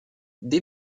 des